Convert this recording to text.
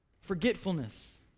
Forgetfulness